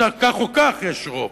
כך או כך יש רוב,